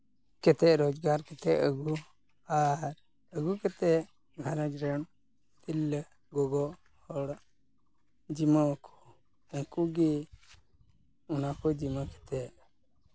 ᱠᱟᱛᱮᱫ ᱨᱳᱡᱽᱜᱟᱨ ᱠᱟᱛᱮᱫ ᱟᱹᱜᱩ ᱟᱨ ᱟᱹᱜᱩ ᱠᱟᱛᱮᱫ ᱜᱷᱟᱨᱚᱸᱡᱽ ᱨᱮᱱ ᱛᱤᱨᱞᱟᱹ ᱜᱚᱜᱚ ᱦᱚᱲ ᱡᱤᱢᱟᱣᱟᱠᱚ ᱩᱱᱠᱩ ᱜᱮ ᱚᱱᱟ ᱠᱚ ᱡᱤᱢᱟᱹ ᱠᱟᱛᱮᱫ ᱸᱸ